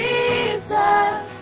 Jesus